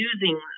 using